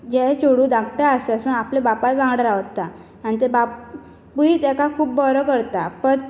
जे चेडूं धाकटें आसा सावन आपल्या बापाय वांगडा रावता आनी तें बापूय तेका खूब बरो करता पर